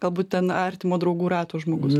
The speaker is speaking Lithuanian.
galbūt ten artimo draugų rato žmogus